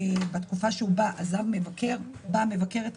ההצעה שמונחת בפניכם נדונה בפני כל מוסדות ועדת הבחירות המרכזית,